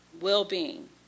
well-being